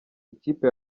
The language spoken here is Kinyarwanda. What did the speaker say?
ikipe